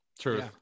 True